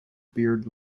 beard